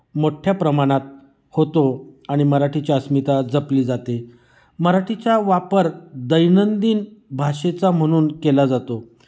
मोठ्या प्रमाणात होतो आणि मराठीची अस्मिता जपली जाते मराठीचा वापर दैनंदिन भाषेचा म्हणून केला जातो